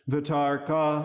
Vitarka